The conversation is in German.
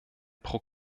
pro